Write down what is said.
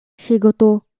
Shigoto